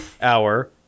hour